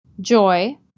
joy